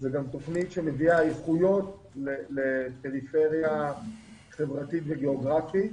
זו גם תוכנית שמביאה איכויות לפריפריה חברתית וגאוגרפית.